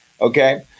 Okay